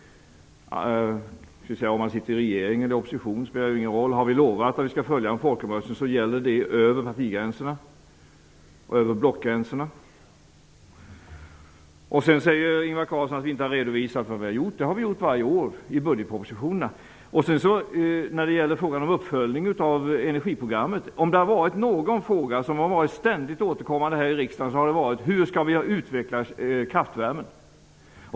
Det spelar ingen roll om man sitter i regering eller i opposition. Har man lovat att man skall följa en folkomröstning gäller detta över partigränserna och över blockgränserna. Ingvar Carlsson säger att vi inte har redovisat vad vi har gjort. Det har vi ju redovisat varje år i budgetpropositionerna. När det sedan gäller uppföljning av energiprogrammet: Om det har varit någon fråga som har varit ständigt återkommande här i riksdagen, så har det varit hur vi skall utveckla kraftvärmen.